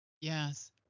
Yes